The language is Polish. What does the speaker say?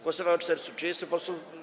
Głosowało 430 posłów.